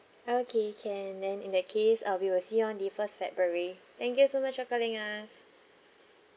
okay can then in that case uh we'll see you on the first february thank you so much for calling us